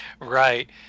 Right